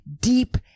deep